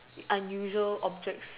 unusual objects